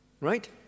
right